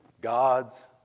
gods